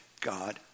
God